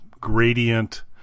gradient